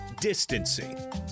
distancing